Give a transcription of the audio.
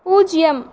பூஜ்ஜியம்